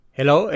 Hello